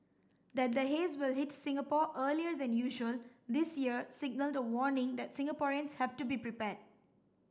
that the haze will hit Singapore earlier than usual this year signalled a warning that Singaporeans have to be prepared